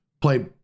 play